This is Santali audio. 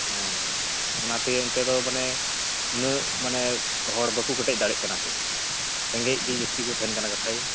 ᱦᱮᱸ ᱦᱮᱸ ᱚᱱᱟ ᱛᱮᱜᱮ ᱚᱱᱛᱮ ᱫᱚ ᱢᱟᱱᱮ ᱩᱱᱟᱹᱜ ᱢᱟᱱᱮ ᱦᱚᱲ ᱵᱟᱠᱚ ᱠᱮᱴᱮᱡ ᱫᱟᱲᱮᱜ ᱠᱟᱱᱟ ᱠᱚ ᱨᱮᱸᱜᱮᱡᱽ ᱜᱮ ᱡᱟᱹᱥᱛᱤ ᱠᱚ ᱛᱟᱦᱮᱱ ᱠᱟᱱᱟ ᱠᱟᱛᱷᱟᱡ